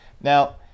now